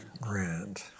Grand